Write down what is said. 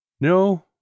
No